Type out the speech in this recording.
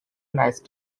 nice